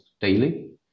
daily